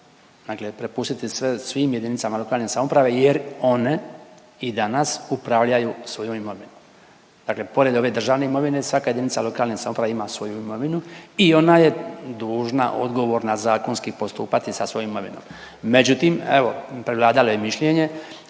Dakle, prepustiti sve svim jedinicama lokalne samouprave jer one i danas upravljaju svojom imovinom. Dakle, pored ove državne imovine svaka jedinica lokalne samouprave ima svoju imovinu i ona je dužna, odgovorna zakonski postupati sa svojom imovinom. Međutim, evo prevladalo je mišljenje